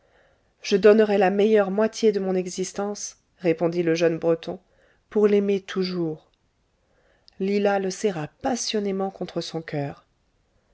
je donnerais la meilleure moitié de mon existence répondit le jeune breton pour l'aimer toujours lila le serra passionnément contre son coeur